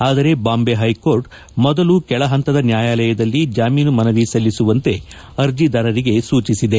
ಆದರೆ ಬಾಂಬೆ ಹೈಕೋರ್ಟ್ ಮೊದಲು ಕೆಳಹಂತದ ನ್ಯಾಯಾಲಯದಲ್ಲಿ ಜಾಮೀನು ಮನವಿ ಸಲ್ಲಿಸುವಂತೆ ಅರ್ಜಿದಾರರಿಗೆ ಸೂಚಿಸಿದೆ